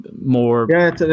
more